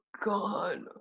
God